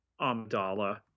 Amidala